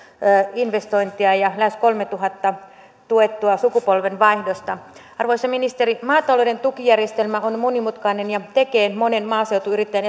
investointia ja lähes kolmetuhatta tuettua sukupolvenvaihdosta arvoisa ministeri maatalouden tukijärjestelmä on monimutkainen ja tekee monen maaseutuyrittäjän